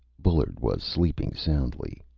bullard was sleeping soundly.